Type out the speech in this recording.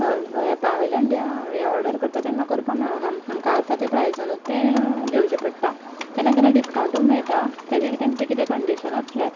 एपावयल्यान order करता तेन्ना करपाक मेळना आमकां आसा ते प्रायसानूच तें घेवचें पडटा केन्ना केन्ना डिस्काउंटूय मेळटा ते बी तेंचें कितें कंडिशन आसल्यार